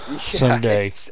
someday